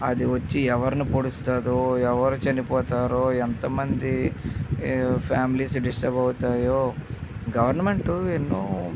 అది వచ్చి ఎవర్ని పొడుస్తుందో ఎవరు చనిపోతారో ఎంతమంది ఫ్యామిలీస్ డిస్టర్బ్ అవుతాయో గవర్నమెంట్ ఎన్నో